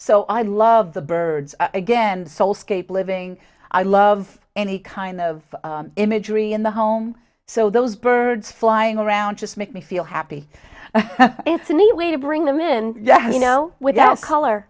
so i love the birds again soul scape living i love any kind of imagery in the home so those birds flying around just make me feel happy it's a neat way to bring them in you know without color